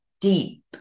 deep